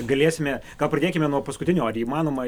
galėsime gal pradėkime nuo paskutinio ar įmanoma